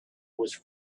was